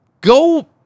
Go